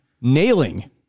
nailing